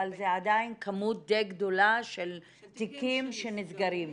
זה עדיין כמות דיי גדולה של תיקים שנסגרים.